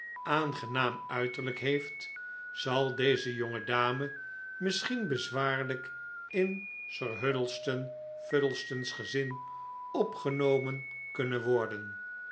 aangenaam uiterlijk heeft zal deze jonge dame misschien bezwaarlijk in sir huddleston fuddleston's gezin opgenomen kunnen worden